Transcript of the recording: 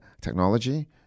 technology